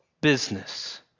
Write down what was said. business